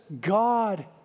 God